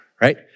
right